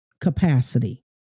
capacity